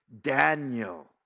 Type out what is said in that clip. Daniel